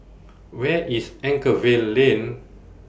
Where IS Anchorvale Lane